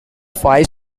five